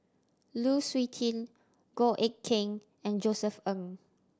Lu Suitin Goh Eck Kheng and Josef Ng